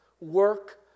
work